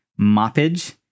Moppage